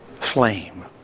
flame